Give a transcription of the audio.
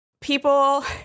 people